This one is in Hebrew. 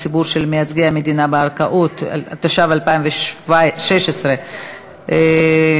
איך ראוי ומה ראוי לעגן.